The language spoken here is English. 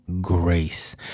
grace